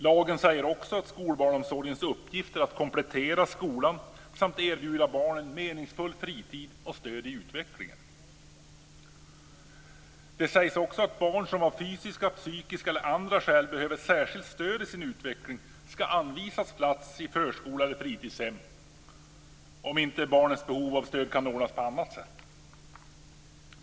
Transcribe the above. Lagen säger också att skolbarnsomsorgens uppgift är att komplettera skolan samt erbjuda barn en meningsfull fritid och stöd i utvecklingen. Den säger också att barn som av fysiska, psykiska eller andra skäl behöver särskilt stöd i sin utveckling ska anvisas plats i förskola eller fritidshem, om inte barnens behov av stöd kan ordnas på annat sätt.